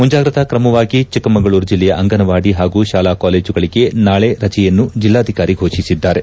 ಮುಂಜಾಗ್ರತಾ ಕ್ರಮವಾಗಿ ಚಿಕ್ಕಮಗಳೂರು ಜಿಲ್ಲೆಯ ಅಂಗನವಾಡಿ ಹಾಗೂ ಶಾಲಾ ಕಾಲೇಜುಗಳಿಗೆ ನಾಳೆ ರಜೆಯನ್ನು ಜಿಲ್ವಾಧಿಕಾರಿ ಫೋಷಿಸಿದ್ದಾರೆ